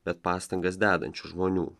bet pastangas dedančių žmonių